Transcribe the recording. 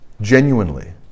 genuinely